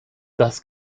das